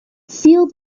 field